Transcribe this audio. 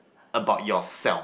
about yourself